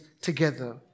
together